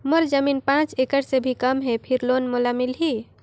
मोर जमीन पांच एकड़ से भी कम है फिर लोन मोला मिलही?